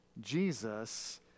Jesus